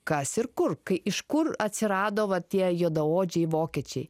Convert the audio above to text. kas ir kur kai iš kur atsirado va tie juodaodžiai vokiečiai